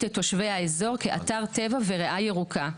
את תושבי האזור כאתר טבע וריאה ירוקה.